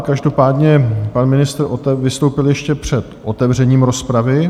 Každopádně pan ministr vystoupil ještě před otevřením rozpravy.